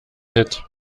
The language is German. hit